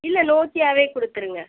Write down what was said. இல்லை நோக்கியாவே கொடுத்துருங்க